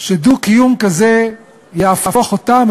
שדו-קיום כזה יהפוך אותם,